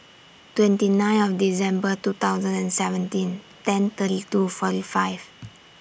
twenty nine of December two thousand and seventeen ten thirty two forty five